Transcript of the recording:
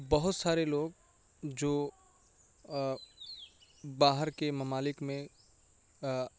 بہت سارے لوگ جو باہر کے ممالک میں